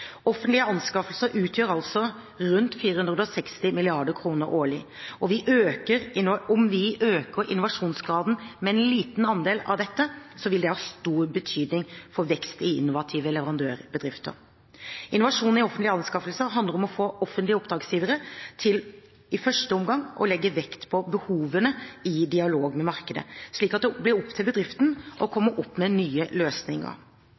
Offentlige anskaffelser utgjør altså rundt 460 mrd. kr årlig. Om vi øker innovasjonsgraden med en liten andel av dette, vil det ha stor betydning for vekst i innovative leverandørbedrifter. Innovasjon i offentlige anskaffelser handler om å få offentlige oppdragsgivere til i første omgang å legge vekt på behovene i dialog med markedet, slik at det blir opp til bedriftene å komme opp med nye løsninger.